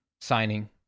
signing